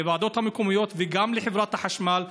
לוועדות המקומיות וגם לחברת החשמל,